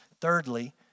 Thirdly